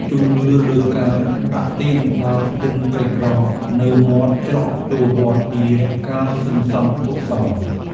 ជំនឿលើការដាក់ទានដល់ជនក្រីក្រនៅមាត់ច្រកចូលវត្ត ជាការសន្សំកុសល។